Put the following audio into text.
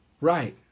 Right